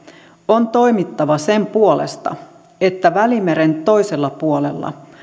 on toimittava sen puolesta että välimeren toisella puolella